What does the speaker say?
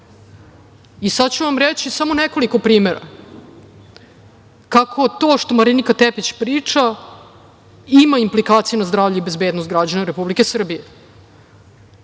ću vam reći samo nekoliko primera kako to što Marinika Tepić priča ima implikacije na zdravlje i bezbednost građana Republike Srbije.